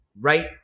right